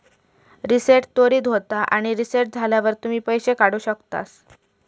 reset त्वरीत होता आणि रीसेट झाल्यावर तुम्ही पैशे काढु शकतास